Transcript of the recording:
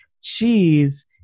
cheese